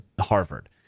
Harvard